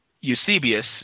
Eusebius